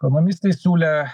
ekonomistai siūlė